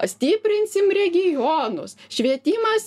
stiprinsim regionus švietimas